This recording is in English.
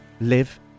live